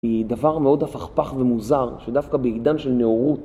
היא דבר מאוד הפכפך ומוזר שדווקא בעידן של נאורות